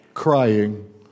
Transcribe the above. crying